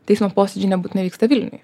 teismo posėdžiai nebūtinai vyksta vilniuje